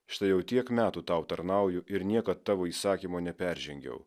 štai jau tiek metų tau tarnauju ir niekad tavo įsakymo neperžengiau